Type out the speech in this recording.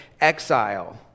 exile